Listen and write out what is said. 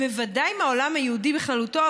בוודאי מהעולם היהודי בכללותו,